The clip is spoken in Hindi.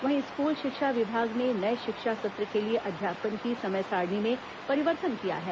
वहीं स्कूल शिक्षा विभाग ने नए शिक्षा सत्र के लिए अध्यापन की समय सारणी में परिवर्तन किया है